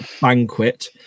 Banquet